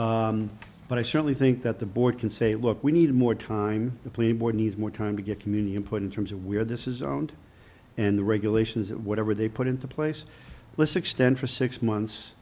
custody but i certainly think that the board can say look we need more time the playing board needs more time to get community input in terms of where this is owned and the regulations that whatever they put into place let's extend for six months